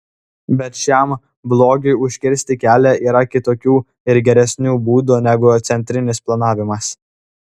bet šiam blogiui užkirsti kelią yra kitokių ir geresnių būdų negu centrinis planavimas